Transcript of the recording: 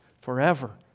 forever